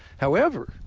however,